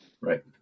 Right